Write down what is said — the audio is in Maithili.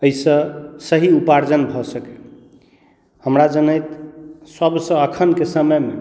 ओहिसँ सही उपार्जन भऽ सकै हमरा जनैत सबसँ अखनके समयमे